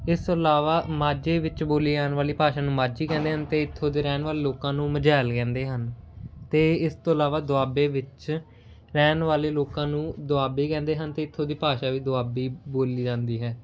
ਇਸ ਤੋਂ ਇਲਾਵਾ ਮਾਝੇ ਵਿੱਚ ਬੋਲੀ ਜਾਣ ਵਾਲੀ ਭਾਸ਼ਾ ਨੂੰ ਮਾਝੀ ਕਹਿੰਦੇ ਹਨ ਅਤੇ ਇੱਥੋਂ ਦੇ ਰਹਿਣ ਵਾਲੇ ਲੋਕਾਂ ਨੂੰ ਮਝੈਲ ਕਹਿੰਦੇ ਹਨ ਅਤੇ ਇਸ ਤੋਂ ਇਲਾਵਾ ਦੁਆਬੇ ਵਿੱਚ ਰਹਿਣ ਵਾਲੇ ਲੋਕਾਂ ਨੂੰ ਦੁਆਬੀ ਕਹਿੰਦੇ ਹਨ ਅਤੇ ਇੱਥੋਂ ਦੀ ਭਾਸ਼ਾ ਵੀ ਦੁਆਬੀ ਬੋਲੀ ਜਾਂਦੀ ਹੈ